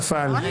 נפל.